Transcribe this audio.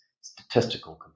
statistical